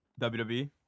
WWE